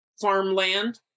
farmland